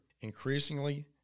increasingly